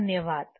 धन्यवाद